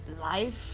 Life